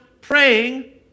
praying